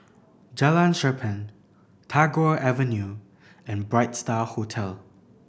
Jalan Cherpen Tagore Avenue and Bright Star Hotel